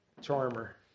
charmer